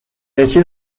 یکی